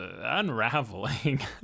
unraveling